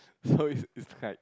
so it's it's quite